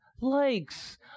Likes